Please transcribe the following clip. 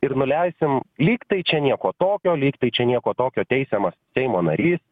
ir nuleisim lygtai čia nieko tokio lygtai čia nieko tokio teisiamas seimo narys